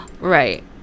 right